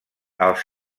els